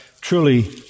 truly